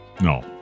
No